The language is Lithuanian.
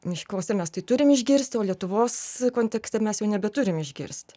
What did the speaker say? miškuose mes tai turim išgirsti o lietuvos kontekste mes jau nebeturim išgirsti